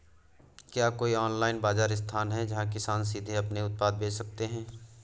क्या कोई ऑनलाइन बाज़ार स्थान है जहाँ किसान सीधे अपने उत्पाद बेच सकते हैं?